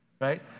right